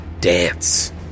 dance